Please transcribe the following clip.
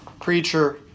preacher